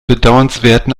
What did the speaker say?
bedauernswerten